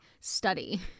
study